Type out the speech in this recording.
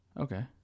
Okay